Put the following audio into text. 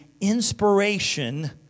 inspiration